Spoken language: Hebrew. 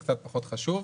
זה קצת פחות חשוב.